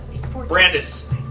Brandis